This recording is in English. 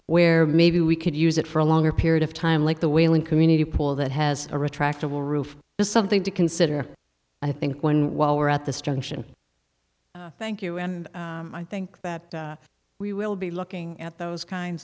where maybe we could use it for a longer period of time like the whaling community pool that has a retractable roof is something to consider i think when while we're at this junction thank you and i think that we will be looking at those kinds